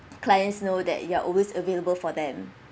clients know that you are always available for them